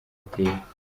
ateye